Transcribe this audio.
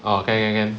ah can can can